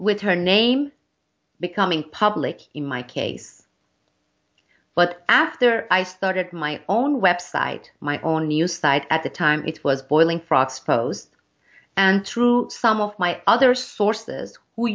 with her name becoming public in my case but after i started my own website my own new site at the time it was boiling frog s'posed and through some of my other